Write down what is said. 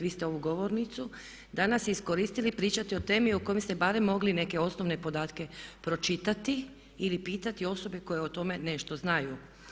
Vi ste ovu govornicu danas iskoristili pričati o temi o kojoj ste barem mogli neke osnovne podatke pročitati ili pitati osobe koje o tome nešto znaju.